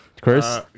Chris